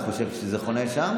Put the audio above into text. אני חושב שזה חונה שם.